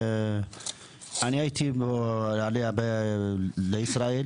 אני עליתי לישראל,